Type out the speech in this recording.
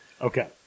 okay